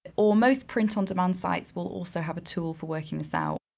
or most print on demand sites will also have a tool for working this out.